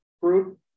group